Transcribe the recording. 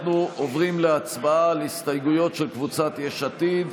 אנחנו עוברים להצבעה על הסתייגויות של קבוצת יש עתיד.